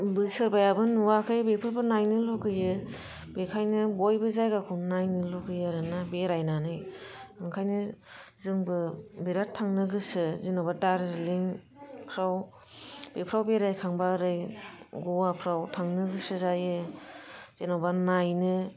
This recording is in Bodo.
सोरबायाबो नुवाखै बिफोरबो नायनो लुबैयो बेखायनो बयबो जायगाखौ नायनो लुबैयो आरोना बेरायनानै ओंखायनो जोंबो बिरात थांनो गोसो जेन'बा दारजिलिंफ्राव बेफ्राव बेरायखांबा ओरै गवाफराव थांनो गोसो जायो जेन'बा नायनो